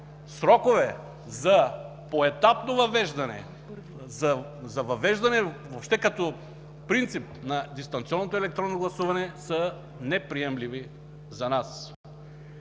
срокове за поетапно въвеждане, за въвеждане въобще като принцип на дистанционното електронно гласуване са неприемливи за нас.